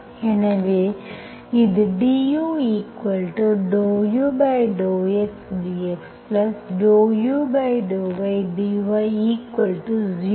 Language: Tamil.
எனவே இது du∂u∂x dx∂u∂y dy0 பார்ம்